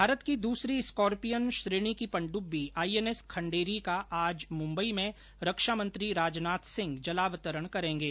भारत की दूसरी स्कॉर्पियन श्रेणी की पनडुब्बी आईएनएस खंडेरी का आज मुंबई में रक्षा मंत्री राजनाथ सिंह जलावतरण करेंगे